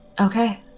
Okay